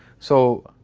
so,